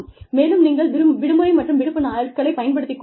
மேலும் நீங்கள் விடுமுறை மற்றும் விடுப்பு நாட்களை பயன்படுத்திக் கொள்ளலாம்